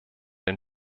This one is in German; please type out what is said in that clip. den